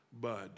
bud